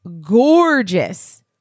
gorgeous